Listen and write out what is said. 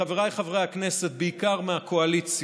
חבריי חברי הכנסת, בעיקר מהקואליציה,